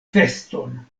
feston